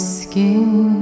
skin